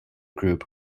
group